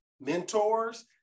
mentors